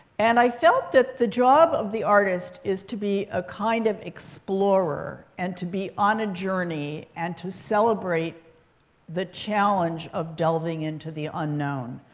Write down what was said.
and i felt that the job of the artist is to be a kind of explorer and to be on a journey and to celebrate the challenge of delving into the unknown.